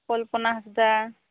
ᱠᱚᱞᱯᱚᱱᱟ ᱦᱟᱸᱥᱫᱟ